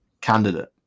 candidate